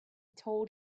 told